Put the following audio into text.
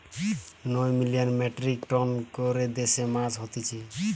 নয় million metric ton করে দেশে মাছ হতিছে